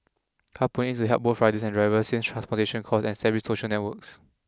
carpooling aims to help both riders and drivers save transportation costs and establish social networks